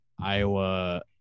Iowa